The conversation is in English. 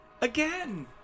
Again